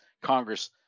Congress